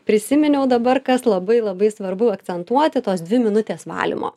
prisiminiau dabar kas labai labai svarbu akcentuoti tos dvi minutės valymo